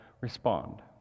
respond